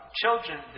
children